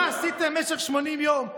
"מה עשיתם במשך 80 יום?"